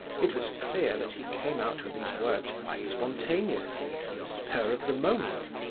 it was clear that he came out with these words quite spontaneously, on the spur of the moment.